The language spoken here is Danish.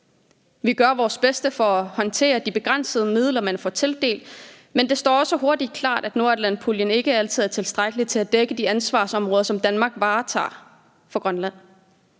Vi gør vores bedste for at håndtere de begrænsede midler, man får tildelt, men det står også hurtigt klart, at nordatlantpuljen ikke altid er tilstrækkelig til at dække de ansvarsområder, som Danmark varetager for Grønland.